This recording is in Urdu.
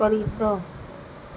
پرندہ